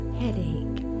headache